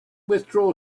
withdraw